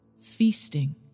feasting